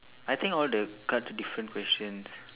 I think all the cards different questions